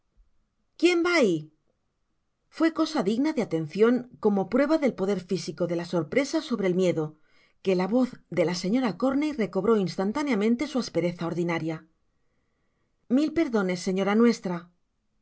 quién va ahi fué cosa digna de atencion como prueba del poder fisico de la sorpresa sobre el miedo que la voz de la señora corney recobró instantáneamente su aspereza ordinaria mil perdones señora nuestra